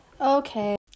okay